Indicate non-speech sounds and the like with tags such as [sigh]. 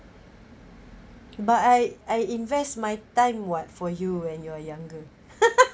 but I I invest my time [what] for you when you are younger [laughs]